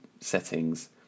settings